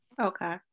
Okay